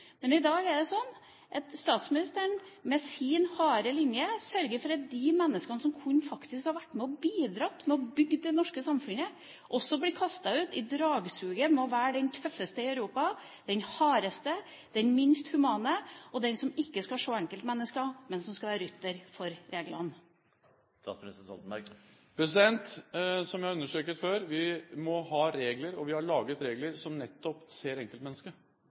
Men i dag er det sånn at statsministeren med sin harde linje sørger for at de menneskene som faktisk kunne ha vært med og bidratt til å bygge det norske samfunnet, også blir kastet ut i dragsuget med å være den tøffeste i Europa, den hardeste, den minst humane og den som ikke skal se enkeltmennesker, men som skal være rytter for reglene. Som jeg understreket før: Vi må ha regler, og vi har laget regler som nettopp ser enkeltmennesket.